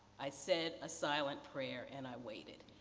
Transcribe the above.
i said a silent prayer and i waited.